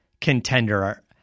contender